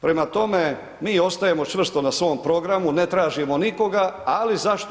Prema tome, mi ostajemo čvrsto na svom programu, ne tražimo nikoga, ali zašto?